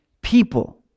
people